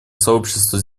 сообщество